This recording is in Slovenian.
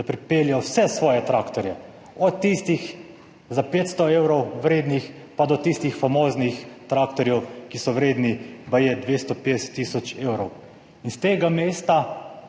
da pripeljejo vse svoje traktorje, od tistih za 500 evrov vrednih pa do tistih famoznih traktorjev, ki so vredni baje 250 tisoč evrov. In s tega mesta